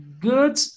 good